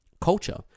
culture